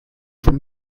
from